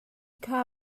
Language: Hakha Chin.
kha